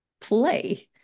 play